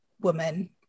woman